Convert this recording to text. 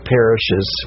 Parishes